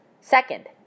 Second